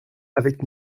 avec